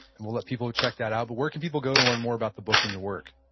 and we'll let people check that out. but where can people go to learn more about the book and your work?